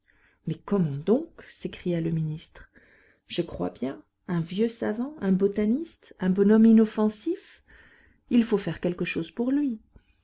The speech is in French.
mais comment donc s'écria le ministre je crois bien un vieux savant un botaniste un bonhomme inoffensif il faut faire quelque chose pour lui